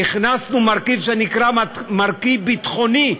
והכנסנו מרכיב שנקרא "מרכיב ביטחוני",